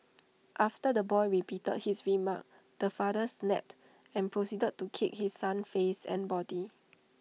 after the boy repeated his remark the father snapped and proceeded to kick his son's face and body